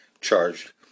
charged